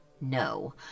no